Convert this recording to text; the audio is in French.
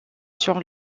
sur